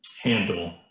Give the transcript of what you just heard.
handle